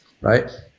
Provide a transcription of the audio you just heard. right